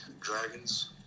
Dragons